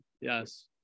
Yes